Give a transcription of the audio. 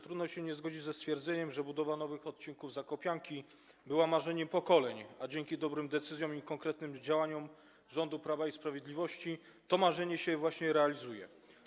Trudno nie zgodzić się ze stwierdzeniem, że budowa nowych odcinków zakopianki była marzeniem pokoleń, a dzięki dobrym decyzjom i konkretnym działaniom rządu Prawa i Sprawiedliwości to marzenie właśnie się realizuje.